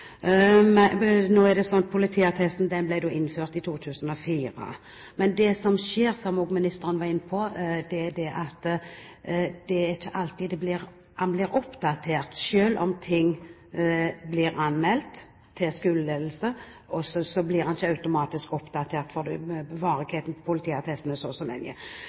innført i 2004. Men det som skjer, som også ministeren var inne på, er at den ikke alltid blir oppdatert. Selv om ting blir anmeldt til skoleledelsen, blir den ikke automatisk oppdatert fordi varigheten på politiattesten er så og så lang. Det er jo da et paradoks at innen barnevernet brukes føre-var-prinsippet for å